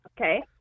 Okay